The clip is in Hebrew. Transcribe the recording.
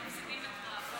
אתה מפסיד בקרב.